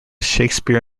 shakespeare